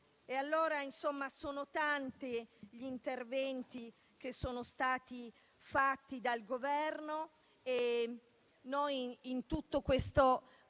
Sono tanti gli interventi che sono stati fatti dal Governo. In tutto questo